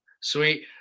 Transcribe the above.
Sweet